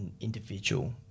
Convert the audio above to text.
individual